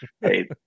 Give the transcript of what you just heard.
hey